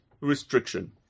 restriction